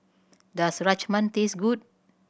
does Rajma taste good